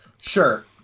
Sure